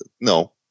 no